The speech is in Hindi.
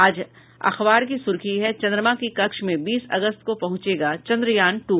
आज अखबार की सुर्खी है चन्द्रमा की कक्ष में बीस अगस्ता को पहुंचेगा चन्द्रयान टू